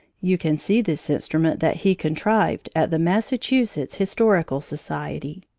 you can see this instrument that he contrived at the massachusetts historical society.